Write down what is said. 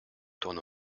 tourne